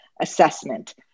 assessment